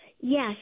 Yes